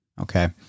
okay